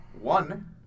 one